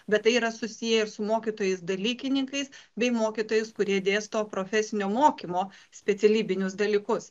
bet tai yra susiję ir su mokytojais dalykininkais bei mokytojais kurie dėsto profesinio mokymo specialybinius dalykus